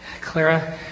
Clara